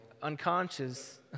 unconscious